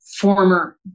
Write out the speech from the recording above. former